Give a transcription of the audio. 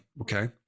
okay